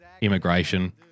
immigration